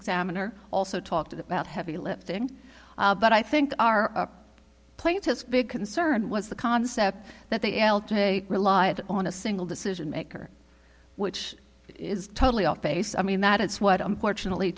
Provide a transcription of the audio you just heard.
examiner also talked about heavy lifting but i think our playing test big concern was the concept that they l j relied on a single decision maker which is totally off base i mean that it's what unfortunately